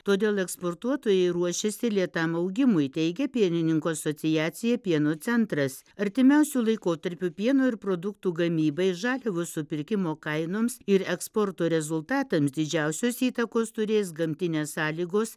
todėl eksportuotojai ruošiasi lėtam augimui teigia pienininkų asociacija pieno centras artimiausiu laikotarpiu pieno ir produktų gamybai žaliavų supirkimo kainoms ir eksporto rezultatams didžiausios įtakos turės gamtinės sąlygos